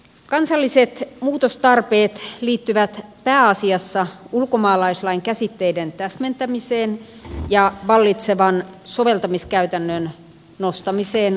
kansalliset muutostarpeet liittyvät pääasiassa ulkomaalaislain käsitteiden täsmentämiseen ja vallitsevan soveltamiskäytännön nostamiseen lain tasolle